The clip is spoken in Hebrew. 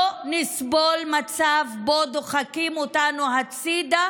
לא נסבול מצב שבו דוחקים אותנו הצידה